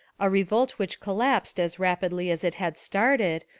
a revolt which collapsed as rapidly as it had started,